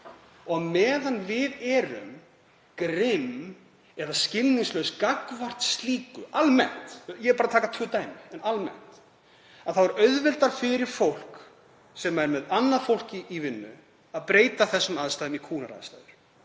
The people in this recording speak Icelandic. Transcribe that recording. Á meðan við erum grimm eða skilningslaus gagnvart slíku, almennt, ég er bara að taka tvö dæmi, en almennt, þá er auðveldara fyrir fólk sem er með annað fólk í vinnu að breyta þeim aðstæðum í kúgunaraðstæður.